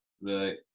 Right